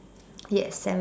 yes salmon pink